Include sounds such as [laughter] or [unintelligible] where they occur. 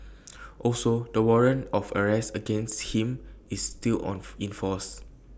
also the warrant of arrest against him is still [unintelligible] in force